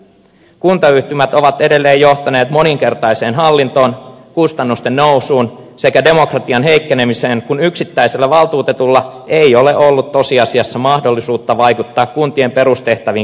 kuntayhtymät ovat edelleen johtaneet moninkertaiseen hallintoon kustannusten nousuun sekä demokratian heikkenemiseen kun yksittäisellä valtuutetulla ei ole ollut tosiasiassa mahdollisuutta vaikuttaa kuntien perustehtäviin kuuluviin päätöksiin